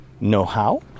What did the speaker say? know-how